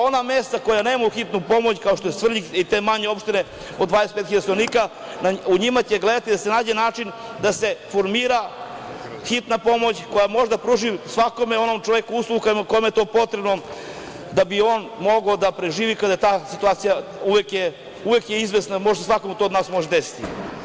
Ona mesta koja nemaju hitnu pomoć, kao što je Svrljig i te manje opštine od 25.000 stanovnika, u njima će gledati da se nađe način da se formira hitna pomoć koja može da pruži svakom čoveku uslugu kome je to potrebno, da bi on mogao da preživi kada ta situacija, uvek je izvesno da se to svakom od nas može desiti.